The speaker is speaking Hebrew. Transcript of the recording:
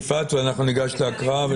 יפעת, ואז ניגש להקראה.